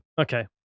Okay